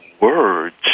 words